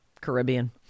Caribbean